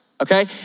okay